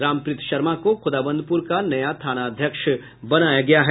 रामप्रीत शर्मा को खोदावंदपुर का नया थानाध्यक्ष बनाया गया है